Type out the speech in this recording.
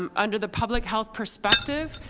um and the public health perspective,